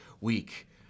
week